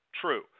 True